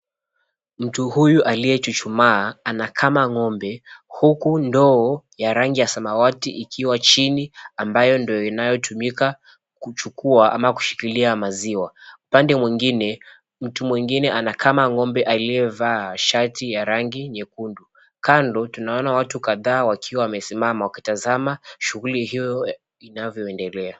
Mtu huyu aliyechuchumaa anakama ng'ombe huku ndoo ya rangi ya samawati ikiwa chini ambayo ndio inayotumika kuchukua ama kushikilia maziwa. Upande mwingine, mtu mwingine anakama ng'ombe aliyevaa shati ya rangi nyekundu. Kando tunaona watu kadhaa wakiwa wamesimama wakitazama shughuli hiyo inavyoendelea.